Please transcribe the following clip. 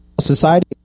Society